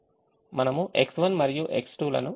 మనము X1 మరియు X2 లను కూడా ఉపయోగించగలము